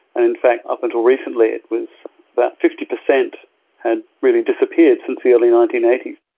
and in fact up until recently it was about fifty percent and really disappeared since the early nineteen eighty s.